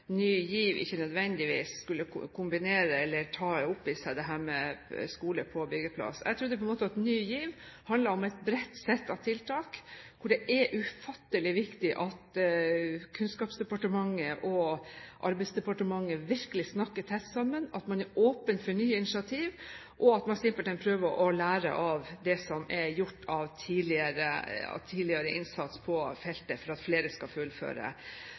Ny GIV ikke nødvendigvis skulle kombineres med, eller ta opp i seg, Skole på byggeplass. Jeg trodde på en måte at Ny GIV handlet om et bredt sett av tiltak, hvor det er ufattelig viktig at Kunnskapsdepartementet og Arbeidsdepartementet virkelig snakker tett sammen, at man er åpen for nye initiativ, og at man simpelt hen prøver å lære av det som er gjort av tidligere innsats på feltet for at flere skal fullføre.